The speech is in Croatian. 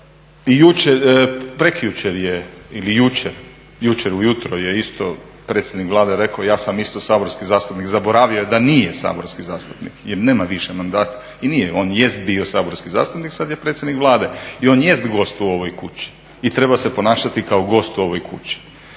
I jučer, prekjučer ili jučer, jučer ujutro je isto predsjednik Vlade rekao ja sam isto saborski zastupnik, zaboravio je da nije saborski zastupnik jer nema više mandat i nije, on jest bio saborski zastupnik, sada je predsjednik Vlade i on jest gost u ovoj kući i treba se ponašati kao gost u ovoj kući.